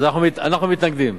אנחנו מתנגדים.